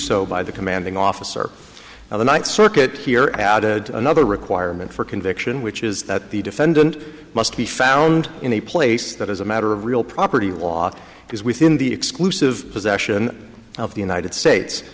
so by the commanding officer of the ninth circuit here added another requirement for conviction which is that the defendant must be found in a place that as a matter of real property law is within the exclusive possession of the united states